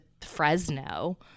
Fresno